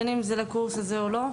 בין אם זה לקורס הזה או לא,